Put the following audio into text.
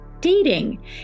dating